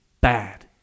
bad